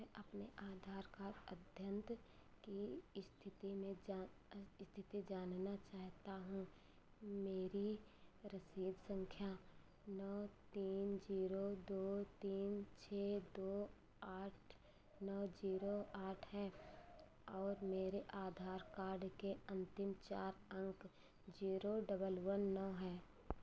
मैं अपने आधार का अद्यतन की स्थिति में जान स्थिति जानना चाहता हूँ मेरी रसीद संख्या नौ तीन जीरो दो तीन छः दो आठ नौ जीरो आठ है और मेरे आधार कार्ड के अंतिम चार अंक जीरो डबल वन नौ हैं